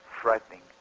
frightening